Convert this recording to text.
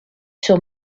sur